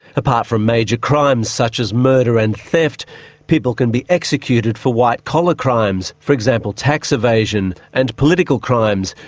apart from major crimes, such as murder and theft, people can be executed for white-collar crimes, for example tax evasion, and political crimes,